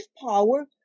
power